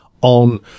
on